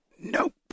Nope